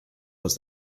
was